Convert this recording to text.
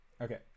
Okay